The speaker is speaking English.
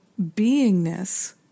beingness